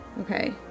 Okay